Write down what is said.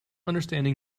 understanding